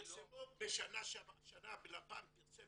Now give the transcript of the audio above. השנה לפ"מ פרסם